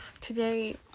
today